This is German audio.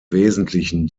wesentlichen